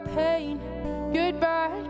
Goodbye